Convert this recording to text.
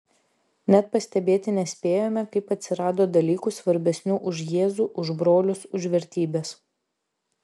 net pastebėti nespėjome kaip atsirado dalykų svarbesnių už jėzų už brolius už vertybes